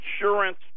insurance